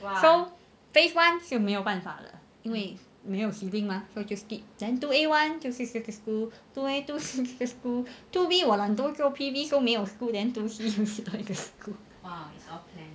so phase one 是没有办法了因为没有时间 mah 所以就 skip then two A one 就是那个 school two A two 就是这个 school two B 我懒惰做 P_V then two C 又是另一个 school